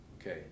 Okay